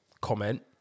comment